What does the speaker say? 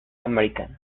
american